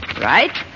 Right